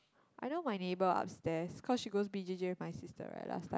I know my neighbour upstairs because she goes B_J_J with my sister right last time